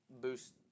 boost